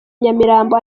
nyamirambo